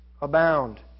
abound